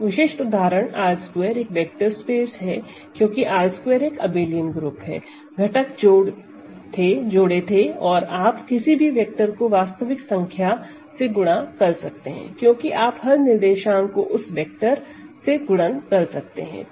तो विशिष्ट उदाहरण R2 एक वेक्टर स्पेस है क्योंकि R2 एक अबेलियन ग्रुप है घटक जोड़ थे और आप किसी भी वेक्टर को वास्तविक संख्या से गुणा कर सकते हैं क्योंकि आप हर निर्देशांक का उस वेक्टर से गुणन कर सकते हैं